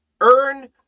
earn